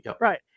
Right